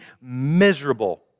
miserable